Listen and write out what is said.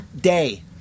day